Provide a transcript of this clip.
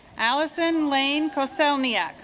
allison lane cosell nia